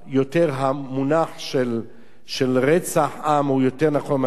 המונח של רצח עם הוא יותר נכון מאשר שואה.